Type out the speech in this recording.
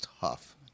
tough